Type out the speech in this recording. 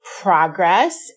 progress